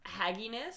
hagginess